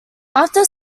after